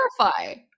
clarify